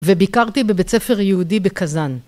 וביקרתי בבית ספר יהודי בקזאן.